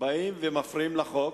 באים ומפריעים לחוק.